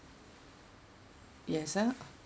yes ah